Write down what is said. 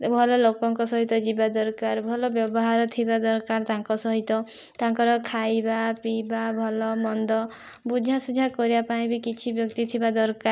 ଭଲ ଲୋକଙ୍କ ସହିତ ଯିବା ଦରକାର ଭଲ ବ୍ୟବହାର ଥିବା ଦରକାର ତାଙ୍କ ସହିତ ତାଙ୍କର ଖାଇବା ପିଇବା ଭଲ ମନ୍ଦ ବୁଝା ସୁଝା କରିବା ପାଇଁ ବି କିଛି ବ୍ୟକ୍ତି ଥିବା ଦରକାର